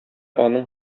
аның